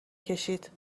کشید